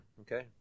okay